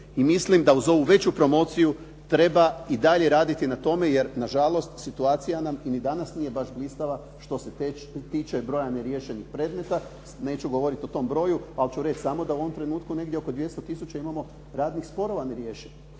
mislim da uz ovu veću promociju treba i dalje raditi na tome, jer nažalost situacija nam ni danas nije blistava što se tiče broja neriješenih predmeta. Neću govoriti o tom broju ali ću samo reći u ovom trenutku negdje oko 200 tisuća imamo radnih sporova neriješenih.